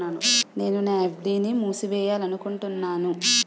నేను నా ఎఫ్.డి ని మూసివేయాలనుకుంటున్నాను